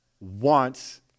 wants